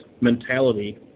mentality